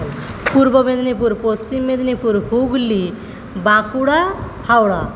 Purba Medinipur Paschim Medinipur Hooghly Bankura Howrah